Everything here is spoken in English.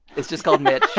it's just called mitch